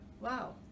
wow